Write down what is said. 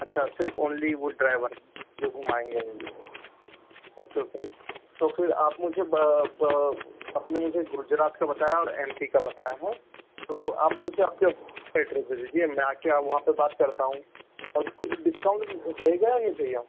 अच्छा सिर्फ़ औनली वो ड्रायवर जो घुमाएंगे ओके ओके तो फिर आप मुझे आप ने मुझे गुजरात का बताया और एम पी का बताया है तो आप मुझे आपके दे दीजिए मैं आ कर वहाँ पर बात करता हूँ और कुछ डिस्काउंट रहेगा या नहीं भैया